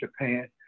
Japan